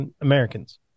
Americans